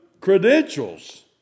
credentials